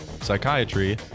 psychiatry